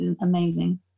amazing